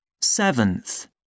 seventh